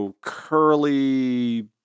curly